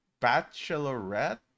*Bachelorette*